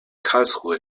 karlsruhe